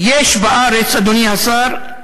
יש בארץ, אדוני השר,